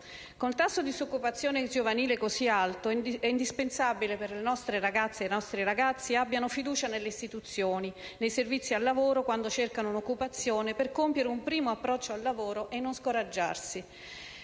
Con un tasso di disoccupazione giovanile così alto, è indispensabile che le nostre ragazze e i nostri ragazzi abbiano fiducia nelle istituzioni e nei servizi al lavoro quando cercano un'occupazione, per compiere un primo approccio al lavoro e non scoraggiarsi.